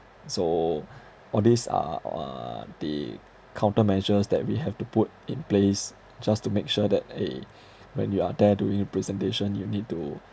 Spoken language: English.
so all these are uh the countermeasures that we have to put in place just to make sure that eh when you are there doing a presentation you need to